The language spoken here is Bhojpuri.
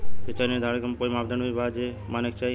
सिचाई निर्धारण के कोई मापदंड भी बा जे माने के चाही?